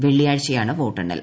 വെള്ളിയാഴ്ചയാണ് വോട്ടെണ്ണൽ